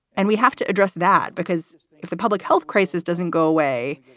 and we have to address that because the public health crisis doesn't go away.